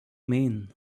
mean